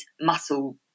muscle